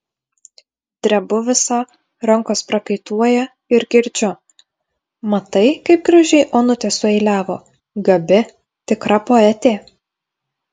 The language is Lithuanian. drebu visa rankos prakaituoja ir girdžiu matai kaip gražiai onutė sueiliavo gabi tikra poetė